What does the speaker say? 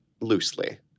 loosely